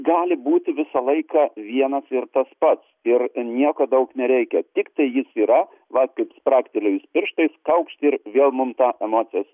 gali būti visą laiką vienas ir tas pats ir nieko daug nereikia tiktai jis yra va kaip spragtelėjus pirštais kaukšt ir vėl mum ta emocija